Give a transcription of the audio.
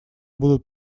будут